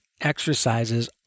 exercises